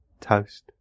toast